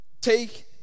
Take